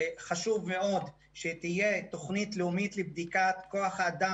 חשוב מאוד שתהיה תוכנית לאומית לבדיקת כוח האדם